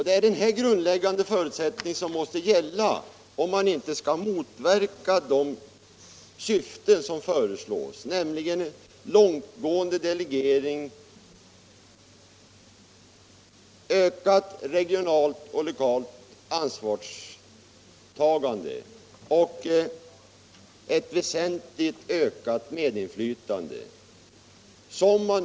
Det är dessa grundläggande förutsättningar som måste gälla, om man inte skall motverka de syften som man vill uppnå med det här organisationsförslaget, nämligen en långtgående delegering, ett ökat regionalt och lokalt ansvarstagande samt ett ökat medinflytande.